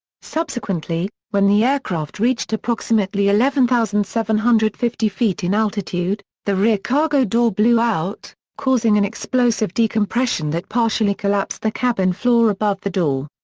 subsequently, when the aircraft reached approximately eleven thousand seven hundred and fifty feet in altitude, the rear cargo door blew out, causing an explosive decompression that partially collapsed the cabin floor above the door.